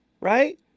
Right